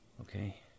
okay